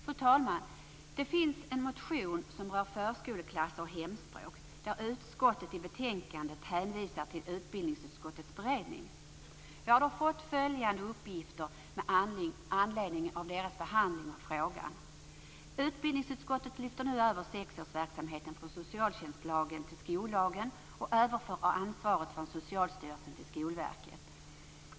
Fru talman! Det finns en motion som rör förskoleklasser och hemspråk. Utskottet hänvisar i det sammanhanget i betänkandet till utbildningsutskottets beredning. Jag har fått följande uppgifter med anledning av deras behandling av frågan. Utbildningsutskottet lyfter över sexårsverksamheten från socialtjänstlagen till skollagen och överför ansvaret från Socialstyrelsen till Skolverket.